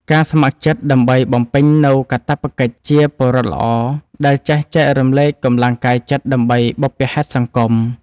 ការស្ម័គ្រចិត្តដើម្បីបំពេញនូវកាតព្វកិច្ចជាពលរដ្ឋល្អដែលចេះចែករំលែកកម្លាំងកាយចិត្តដើម្បីបុព្វហេតុសង្គម។